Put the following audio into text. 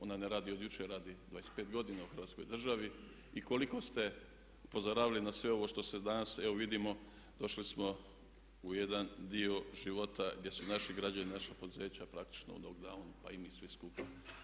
Ona ne radi od jučer, radi 25 godina u Hrvatskoj državi i koliko ste upozoravali na sve ovo što ste danas evo vidimo došli smo u jedan dio života gdje su naši građani, naša poduzeća praktično u knockdownu pa i mi svi skupa.